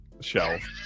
Shelf